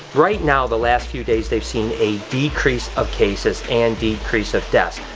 right now, the last few days, they've seen a decrease of cases and decrease of deaths.